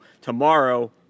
tomorrow